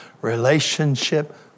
relationship